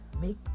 make